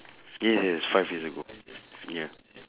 yes five years ago ya